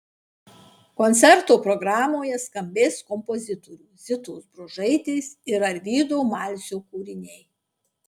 koncerto programoje skambės kompozitorių zitos bružaitės ir arvydo malcio kūriniai